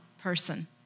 person